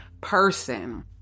person